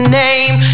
name